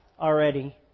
already